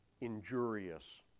injurious